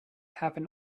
happen